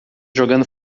jogando